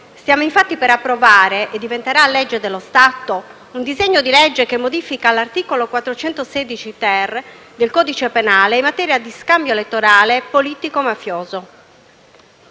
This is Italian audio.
Stiamo infatti per approvare - e diventerà legge dello Stato - un disegno di legge che modifica l'articolo 416-*ter* del codice penale in materia di scambio elettorale politico-mafioso.